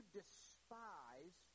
despise